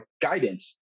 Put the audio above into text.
guidance